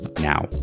now